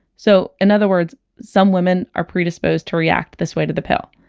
so, in other words, some women are pre-disposed to react this way to the pill.